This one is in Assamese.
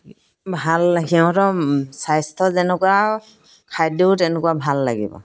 ভাল সিহঁতৰ স্বাস্থ্য যেনেকুৱা খাদ্যও তেনেকুৱা ভাল লাগিব